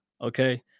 Okay